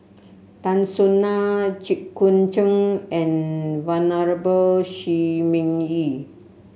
Tan Soo Nan Jit Koon Ch'ng and Venerable Shi Ming Yi